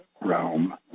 realm